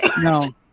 No